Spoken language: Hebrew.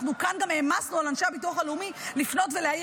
אנחנו כאן גם העמסנו על אנשי הביטוח הלאומי לפנות ולהעיר